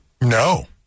No